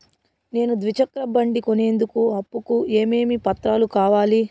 నేను ద్విచక్ర బండి కొనేందుకు అప్పు కు ఏమేమి పత్రాలు కావాలి?